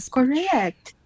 Correct